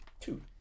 two